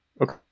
Okay